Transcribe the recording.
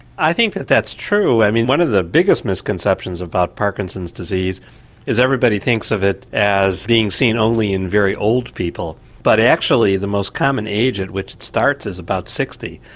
i think that that's true. i mean one of the biggest misconceptions about parkinson's disease is everybody thinks of it as being seen only in very old people. but actually the most common age at which it starts is about sixty.